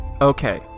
Okay